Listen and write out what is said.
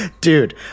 dude